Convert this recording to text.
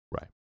Right